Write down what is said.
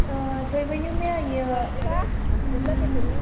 تُہۍ ؤنِو مےٚ یہِ